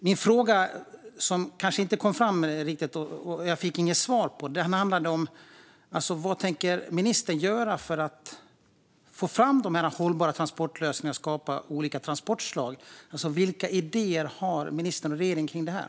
Min fråga, som jag inte fick något riktigt svar på, var vad ministern tänker göra för att få fram dessa hållbara transportlösningar och skapa olika transportslag. Vilka idéer har ministern och regeringen kring detta?